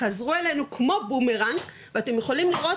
חזרו אלינו כמו בומרנג ואתם יכולים לראות